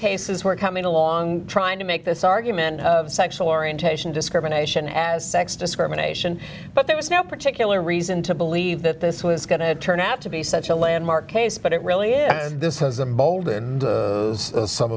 cases were coming along trying to make this argument of sexual orientation discrimination as sex discrimination but there was no particular reason to believe that this was going to turn out to be such a landmark case but it really is this has a bold and some